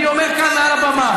אני אומר כאן מעל הבמה.